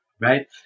right